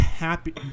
Happy